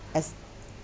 s